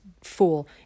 fool